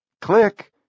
click